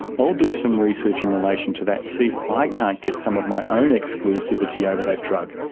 i'll do some research in relation to that, see if i can't get some of my own exclusivity over that drug.